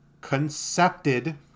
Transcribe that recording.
concepted